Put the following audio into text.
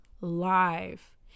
live